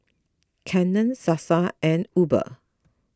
Canon Sasa and Uber